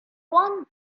one